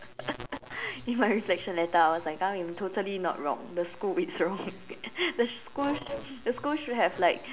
in my reflection letter I was like I am totally not wrong the school is wrong the school should the school should have like